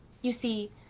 you see,